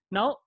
Now